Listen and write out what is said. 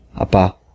Apa